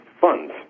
funds